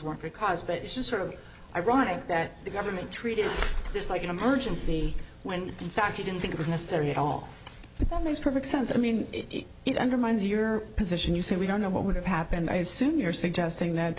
were caused it was sort of ironic that the government treated this like an emergency when in fact he didn't think it was necessary at all but that makes perfect sense i mean it undermines your position you say we don't know what would have happened i assume you're suggesting that